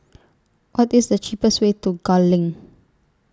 What IS The cheapest Way to Gul LINK